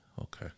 Okay